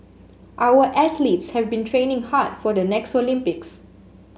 our athletes have been training hard for the next Olympics